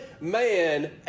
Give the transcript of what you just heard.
man